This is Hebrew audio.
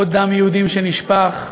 עוד דם יהודים שנשפך,